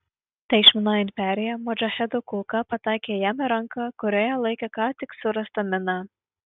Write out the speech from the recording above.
tai išminuojant perėją modžahedų kulka pataikė jam į ranką kurioje laikė ką tik surastą miną